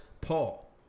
Paul